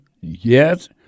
yes